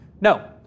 No